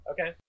Okay